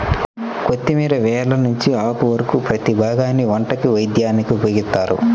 కొత్తిమీర వేర్ల నుంచి ఆకు వరకు ప్రతీ భాగాన్ని వంటకి, వైద్యానికి ఉపయోగిత్తారు